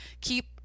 keep